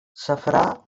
safrà